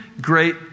great